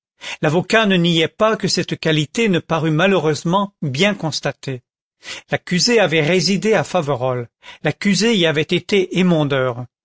l'avocat ne niait pas que cette qualité ne parût malheureusement bien constatée l'accusé avait résidé à faverolles l'accusé y avait été émondeur